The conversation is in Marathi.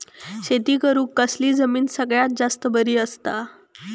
शेती करुक कसली जमीन सगळ्यात जास्त बरी असता?